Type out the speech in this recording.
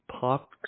pop